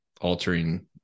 altering